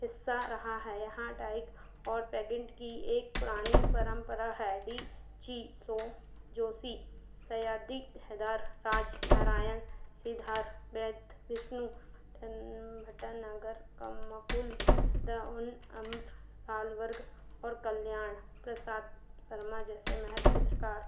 हिस्सा रहा है यहाँ डाइक और पैगेन्ट की एक पुरानी परम्परा है डी जी सो जोशी सय्यद हैदर राज नारायण सिद्धारत वैद विष्णु भटन भटनागर कमकुल द उन अम आलवर्ग और कल्याण प्रसाद शर्मा जैसे महान चित्रकार